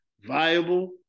viable